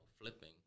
flipping